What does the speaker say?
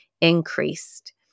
increased